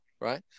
right